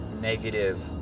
negative